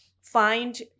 find